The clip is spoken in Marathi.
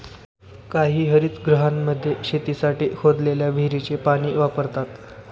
काही हरितगृहांमध्ये शेतीसाठी खोदलेल्या विहिरीचे पाणी वापरतात